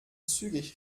zügig